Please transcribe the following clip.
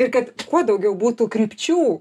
ir kad kuo daugiau būtų krypčių